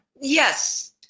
yes